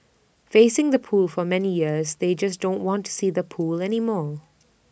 facing the pool for many years they just don't want to see the pool anymore